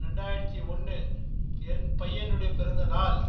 ரெண்டாயிரத்தி ஒன்று என் பையனுடைய பிறந்தநாள்